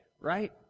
right